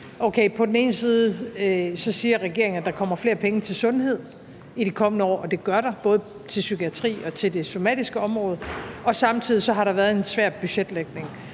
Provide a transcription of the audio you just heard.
på den ene side siger, at der kommer flere penge til sundhedsområdet i de kommende år, og det gør der både til psykiatrien og det somatiske område, og at der samtidig har været en svær budgetlægning.